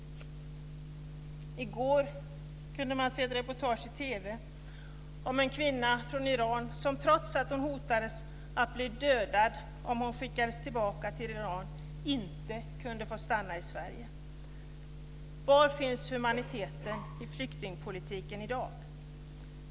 I går kunde man se ett reportage i TV om en kvinna från Iran som trots att hon hotades att bli dödad om hon skickades tillbaka till Iran inte kunde få stanna i Sverige. Var finns humaniteten i flyktingpolitiken i dag?